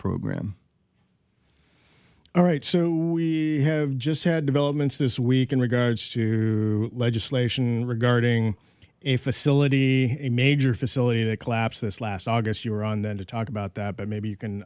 program all right so we have just had developments this week in regards to legislation regarding a facility a major facility that collapsed this last august you were on then to talk about that but maybe you can